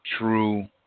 true